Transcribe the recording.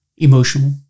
Emotional